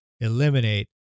eliminate